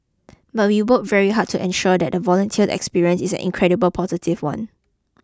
but we work very hard to ensure that the volunteer experience is an incredible positive one